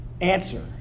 Answer